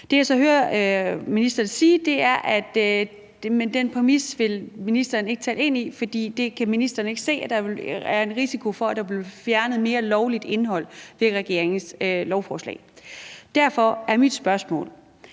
Det, jeg så hører ministeren sige, er, at ministeren ikke vil gå ind på den præmis, fordi ministeren ikke kan se, der er en risiko for, at der bliver fjernet mere lovligt indhold med regeringens lovforslag. Derfor er mine spørgsmål: